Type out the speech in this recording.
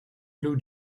blue